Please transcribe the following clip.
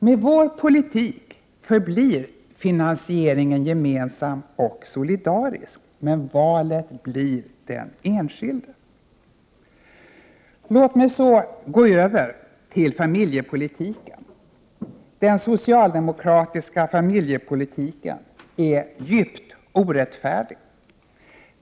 Med vår politik förblir finansieringen gemensam och solidarisk, men valet blir den enskildes. Låt mig så gå över till familjepolitiken. Den socialdemokratiska familjepolitiken är djupt orättfärdig.